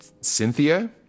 Cynthia